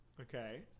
Okay